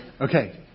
Okay